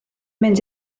mynd